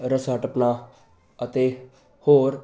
ਰੱਸਾ ਟੱਪਣਾ ਅਤੇ ਹੋਰ